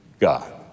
God